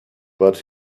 but